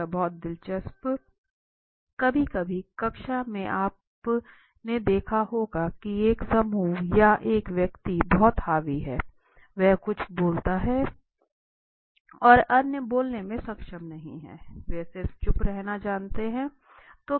यह बहुत दिलचस्प कभी कभी कक्षा में आपने देखा होगा कि एक समूह या एक व्यक्ति बहुत हावी है वह कुछ बोलता है और अन्य बोलने में सक्षम नहीं हैं वे सिर्फ चुप रहना जानते हों